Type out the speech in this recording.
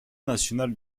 national